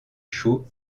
chaud